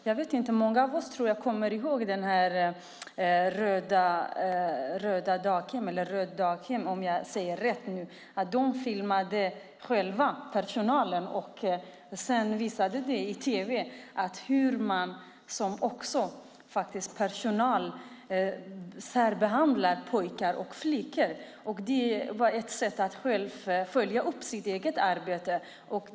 Jag tror att många av oss kommer ihåg daghemmet Rödmyran där personalen filmade hur man arbetade. Sedan visades detta i Sveriges Television, och det framgick hur personalen behandlade pojkar och flickor på olika sätt. Det var ett sätt för personalen att följa upp det egna arbetet.